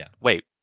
wait